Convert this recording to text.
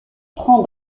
prend